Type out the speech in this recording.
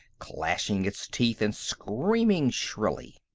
clashing its teeth and screaming shrilly.